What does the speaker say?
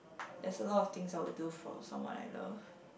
there's a lot of things I would do for someone I love